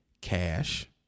cash